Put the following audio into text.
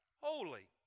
holy